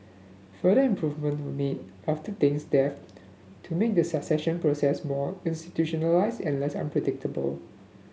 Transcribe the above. further improvements were made after Deng's death to make the succession process more institutionalized and less unpredictable